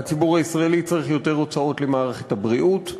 הציבור הישראלי צריך יותר הוצאות למערכת הבריאות,